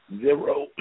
Zero